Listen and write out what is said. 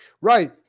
Right